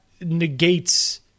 negates